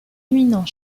éminent